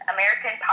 American